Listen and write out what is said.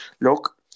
look